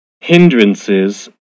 Hindrances